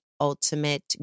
ultimate